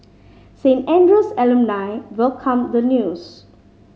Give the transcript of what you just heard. Saint Andrew's alumni welcomed the news